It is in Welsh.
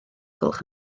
gwelwch